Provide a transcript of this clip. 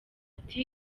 ati